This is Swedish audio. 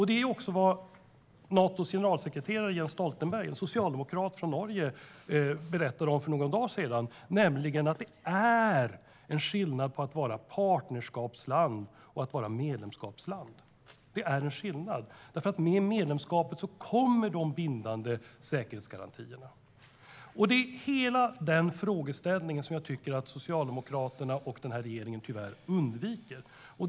Det är också vad Natos generalsekreterare Jens Stoltenberg, en socialdemokrat från Norge, berättade om för någon dag sedan, nämligen att det är en skillnad på att vara partnerland och att vara medlemsland. Det är en skillnad. Med medlemskapet kommer de bindande säkerhetsgarantierna. Det är hela den frågeställningen som jag tycker att Socialdemokraterna och den här regeringen tyvärr undviker.